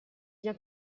bien